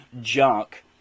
junk